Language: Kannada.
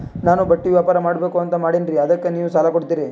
ನಾನು ಬಟ್ಟಿ ವ್ಯಾಪಾರ್ ಮಾಡಬಕು ಅಂತ ಮಾಡಿನ್ರಿ ಅದಕ್ಕ ನೀವು ಸಾಲ ಕೊಡ್ತೀರಿ?